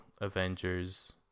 Avengers